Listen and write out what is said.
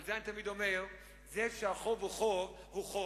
על זה אני תמיד אומר, זה שהחוב הוא חוב, הוא חוב.